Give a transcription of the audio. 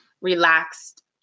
relaxed